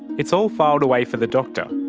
it's all filed away for the doctor,